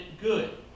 good